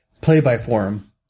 play-by-forum